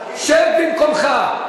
שב במקומך.